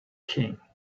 king